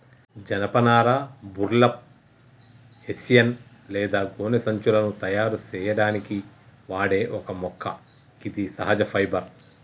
జనపనార burlap, hessian లేదా గోనె సంచులను తయారు సేయడానికి వాడే ఒక మొక్క గిది సహజ ఫైబర్